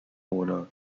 owner